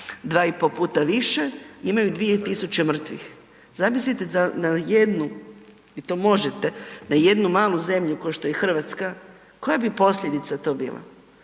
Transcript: reći 2,5 puta više imaju 2.000 mrtvih. Zamislite da na jednu, vi to možete, na jednu malu zemlju ko što je Hrvatska koja bi posljedica to bila.